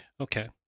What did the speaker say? Okay